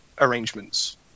arrangements